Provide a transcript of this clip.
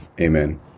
Amen